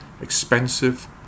expensive